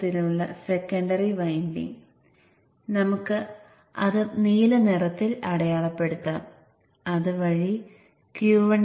half bridge വളരെ ലളിതമാണ്